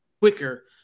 quicker